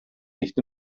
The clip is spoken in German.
nicht